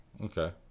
Okay